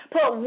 Put